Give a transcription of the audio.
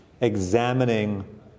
examining